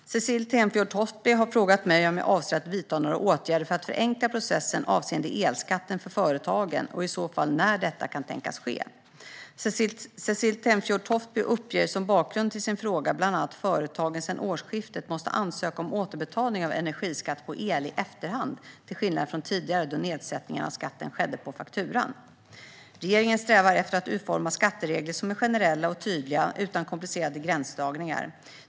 Fru talman! Cecilie Tenfjord-Toftby har frågat mig om jag avser att vidta några åtgärder för att förenkla processen avseende elskatten för företagen och när detta i så fall kan tänkas ske. Cecilie Tenfjord-Toftby uppger som bakgrund till sin fråga bland annat att företagen sedan årsskiftet måste ansöka om återbetalning av energiskatt på el i efterhand, till skillnad från tidigare, då nedsättningen av skatten skedde på fakturan. Regeringen strävar efter att utforma skatteregler som är generella och tydliga, utan komplicerade gränsdragningar.